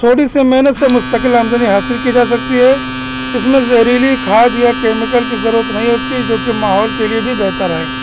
چوڑی سے محینت سے مستقل آمدنی حاصل کی جا سکتی ہے اس میں زہریلی کھاد یا کیمیکل کی ضرورت نہیں ہوتی جو کہ ماحول کے لیے بھی بہتر ہے